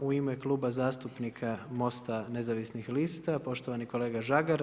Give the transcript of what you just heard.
U ime Kluba zastupnika MOST-a Nezavisnih lista, poštovani kolega Žagar.